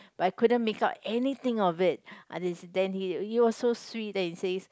but I couldn't make out anything of it then he he was so sweet then he says